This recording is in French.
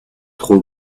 trop